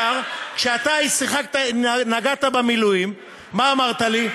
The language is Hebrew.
כשאתה נגעת במילואים, מה אמרת לי?